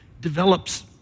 develops